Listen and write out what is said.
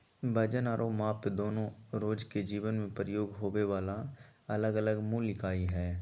वजन आरो माप दोनो रोज के जीवन मे प्रयोग होबे वला अलग अलग मूल इकाई हय